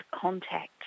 contact